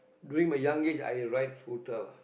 during my young age I ride scooter lah